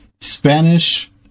Spanish